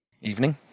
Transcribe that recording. Evening